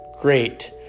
great